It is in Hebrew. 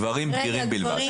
גברים בגירים בלבד.